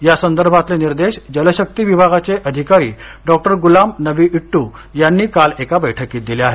या संदर्भातले निर्देश जल शक्ती विभागानचे अधिकारी डॉक्टर गुलाम नबी इट्ट यांनी काल एका बैठकीत दिले आहेत